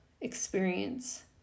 experience